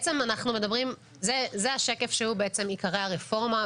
זה השקף שהוא עיקרי הרפורמה.